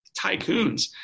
tycoons